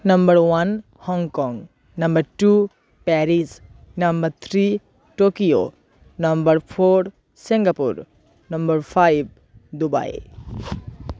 number one Hong Kong number two Paris number three Tokyo number four Singapore number five Dubai